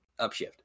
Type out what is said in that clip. Upshift